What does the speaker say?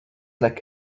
like